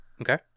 Okay